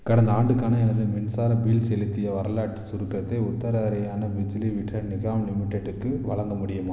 கடந்த ஆண்டுக்கான எனது மின்சார பில் செலுத்திய வரலாற்றின் சுருக்கத்தை உத்தர் ஹரியானா பிஜ்லி விட்ரன் நிகாம் லிமிட்டெடுக்கு வழங்க முடியுமா